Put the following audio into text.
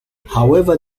however